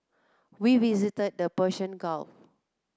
we visited the Persian Gulf